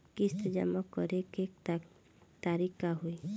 किस्त जमा करे के तारीख का होई?